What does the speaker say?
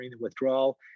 withdrawal